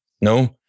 No